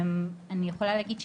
אני יכולה להגיד,